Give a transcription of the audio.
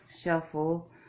shuffle